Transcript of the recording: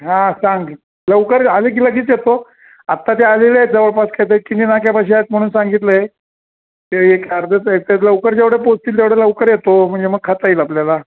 हा सांग लवकर आले की लगेच येतो आता ते आलेले आहेत जवळपास काय तर की नाही नाक्यापाशी आहेत म्हणून सांगितलं आहे ते एक अर्ध्या तासात ते लवकर जवढे पोचतील तेवढं लवकर येतो म्हणजे मग खाता येईल आपल्याला